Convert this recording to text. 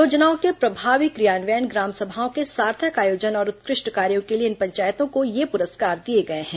योजनाओं के प्रभावी क्रियान्वयन ग्राम सभाओं के सार्थक आयोजन और उत्कृष्ट कार्यो के लिए इन पंचायतों को ये पुरस्कार दिए गए हैं